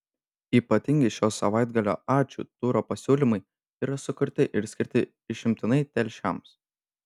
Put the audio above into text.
ypatingi šio savaitgalio ačiū turo pasiūlymai yra sukurti ir skirti išimtinai telšiams